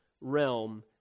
realm